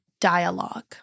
dialogue